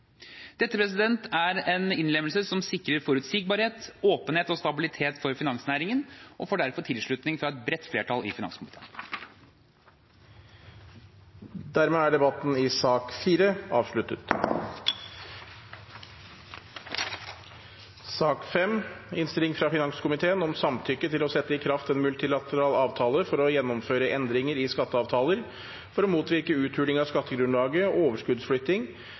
Dette er en innlemmelse som sikrer forutsigbarhet, åpenhet og stabilitet for finansnæringen og får derfor tilslutning fra et bredt flertall i finanskomiteen. Flere har ikke bedt om ordet til sak nr. 4. Etter ønske fra finanskomiteen vil presidenten foreslå at taletiden blir begrenset til